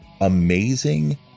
amazing